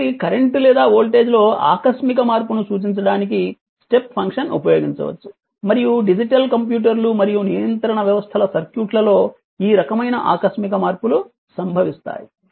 కాబట్టి కరెంట్ లేదా వోల్టేజ్ లో ఆకస్మిక మార్పును సూచించడానికి స్టెప్ ఫంక్షన్ ఉపయోగించవచ్చు మరియు డిజిటల్ కంప్యూటర్లు మరియు నియంత్రణ వ్యవస్థల సర్క్యూట్లలో ఈ రకమైన ఆకస్మిక మార్పులు సంభవిస్తాయి